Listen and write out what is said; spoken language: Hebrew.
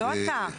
לא אתה.